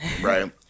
Right